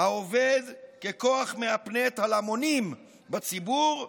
העובד ככוח מהפנט על המונים בציבור,